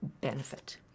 benefit